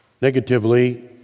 Negatively